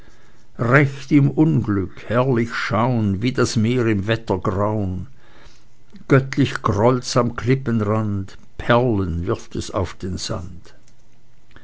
recht im unglück herrlich schaun wie das meer im wettergraun göttlich grollt's am klippenrand perlen wirft es auf den sand